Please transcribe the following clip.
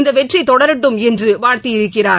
இந்த வெற்றி தொடரட்டும் என்று வாழ்த்தி இருக்கிறார்